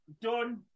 done